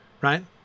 right